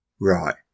Right